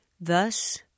Thus